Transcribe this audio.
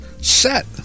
set